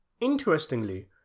Interestingly